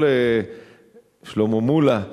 שלמה מולה.